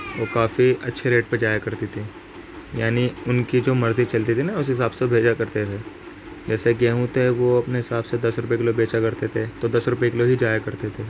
وہ کافی اچھے ریٹ پہ جایا کرتی تھیں یعنی ان کی جو مرضی چلتی تھی نا اس حساب سے بھیجا کرتے تھے جیسے گیہوں تھے وہ اپنے حساب سے دس روپئے کلو بیچا کرتے تھے تو دس روپئے کلو ہی جایا کرتے تھے